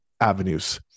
avenues